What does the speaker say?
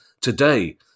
today